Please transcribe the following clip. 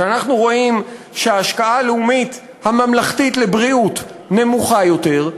כשאנחנו רואים שההשקעה הלאומית הממלכתית לבריאות נמוכה יותר,